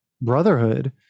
brotherhood